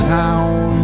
town